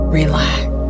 relax